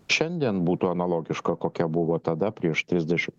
šiandien būtų analogiška kokia buvo tada prieš trisdeši